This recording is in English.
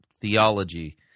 theology